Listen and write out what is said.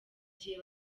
gihe